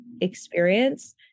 experience